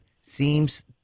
seems